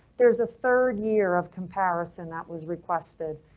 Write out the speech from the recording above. there's a third year of comparison that was requested.